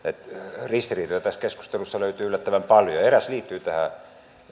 ristiriitoja tässä keskustelussa löytyy yllättävän paljon ja eräs liittyy tähän